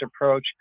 approach